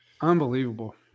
Unbelievable